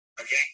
Okay